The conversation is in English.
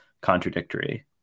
contradictory